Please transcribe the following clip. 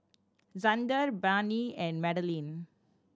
Zander Barnie and Madeline